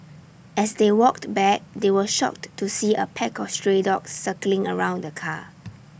as they walked back they were shocked to see A pack of stray dogs circling around the car